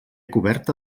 coberta